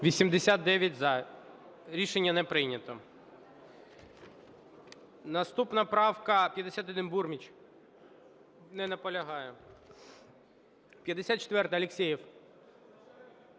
Рішення не прийнято. Наступна правка 51, Бурміч. Не наполягає. 54-а, Алєксєєв.